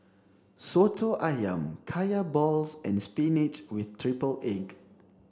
soto ayam kaya balls and spinach with triple egg